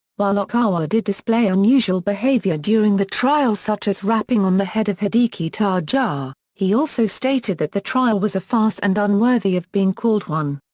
while okawa did display unusual behaviour during the trial such as rapping on the head of hideki tojo, ah he also stated that the trial was a farce and unworthy of being called one.